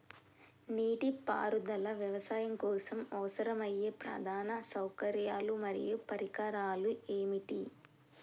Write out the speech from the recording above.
నీటిపారుదల వ్యవసాయం కోసం అవసరమయ్యే ప్రధాన సౌకర్యాలు మరియు పరికరాలు ఏమిటి?